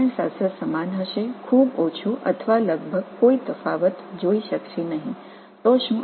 எனவே வேதியியல் மிகவும் குறைவாகவே இருக்கும் அல்லது கிட்டத்தட்ட எந்த வித்தியாசத்தையும் காண முடியாது